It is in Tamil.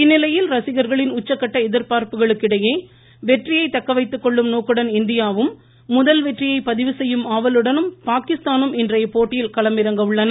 இந்நிலையில் ரசிகர்களின் உச்சகட்ட எதிர்பார்ப்புகளுக்கிடையே வெற்றியைத் தக்கவைத்துக்கொள்ளும் நோக்குடன் இந்தியாவும் முதல் வெற்றியை பதிவு செய்யும் ஆவலுடன் பாகிஸ்தானும் இன்றைய போட்டியில் களம் இறங்க உள்ளன